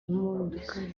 impinduka